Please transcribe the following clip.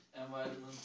environment